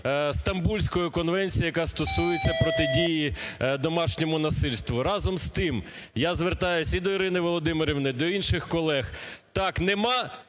Стамбульської конвенції, яка стосується протидії домашньому насильству. Разом з тим, я звертаюся і до Ірини Володимирівни, і до інших колег. Так, немає